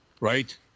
right